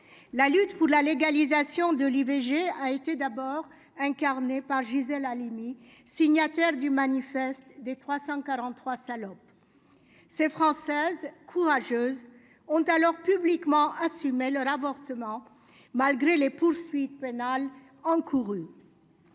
la lutte pour la légalisation de l'IVG a été d'abord incarné par Gisèle Halimi, signataire du Manifeste des 343 salopes ces française courageuse ont alors publiquement assumé leur avortement malgré les poursuites pénales encourues